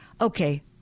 Okay